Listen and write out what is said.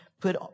put